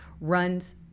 runs